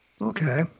Okay